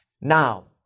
Now